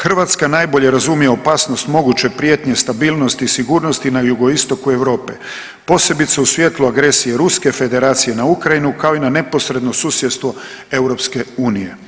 Hrvatska najbolje razumije opasnost moguće prijetnje stabilnosti i sigurnosti na jugoistoku Europe posebice u svjetlu agresije Ruske Federacije na Ukrajinu kao i na neposredno susjedstvo Europske unije.